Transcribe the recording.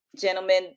gentlemen